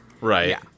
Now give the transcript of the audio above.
Right